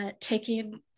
taking